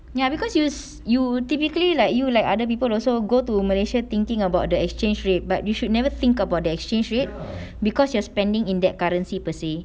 ya because you you typically like you like other people also go to malaysia thinking about the exchange rate but you should never think about the exchange rate because you are spending in that currency per se